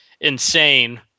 insane